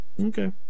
Okay